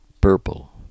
purple